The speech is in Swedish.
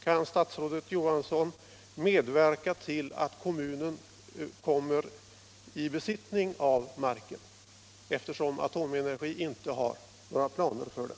Kan statsrådet Johansson medverka till att kommunen - Om rättssäkerheten kommer i besittning av marken, eftersom AB Atomenergi inte har några — på byggnadslagstifiplaner för den?